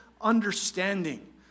understanding